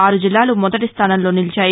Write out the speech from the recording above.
ఆరు జిల్లాలు మొదటి స్థానంలో నిలిచాయి